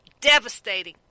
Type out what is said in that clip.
devastating